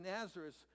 Nazareth